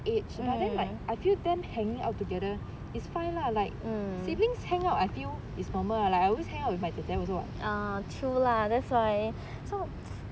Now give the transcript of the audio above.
age but then like I feel them hanging out together is fine lah like siblings hang out I feel is normal lah like I always hang out with my 姐姐: jie jie also [what]